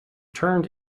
turned